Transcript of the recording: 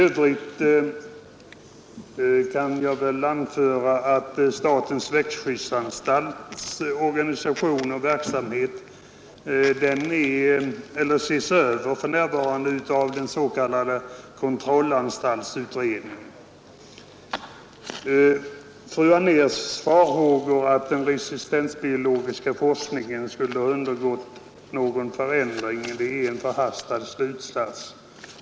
I övrigt kan jag anföra att statens växtskyddsanstalts organisation och verksamhet för närvarande ses över av den s.k. kontrollanstaltsutredningen. Fru Anérs farhågor att den resistensbiologiska forskningen skulle undergå någon förändring är en förhastad slutsats.